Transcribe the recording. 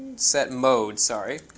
setmode, sorry.